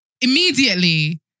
Immediately